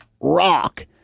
rock